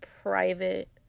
private